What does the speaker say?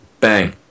Bang